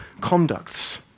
conducts